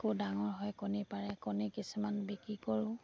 আকৌ ডাঙৰ হয় কণী পাৰে কণী কিছুমান বিক্ৰী কৰোঁ